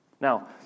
Now